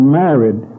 married